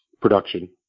production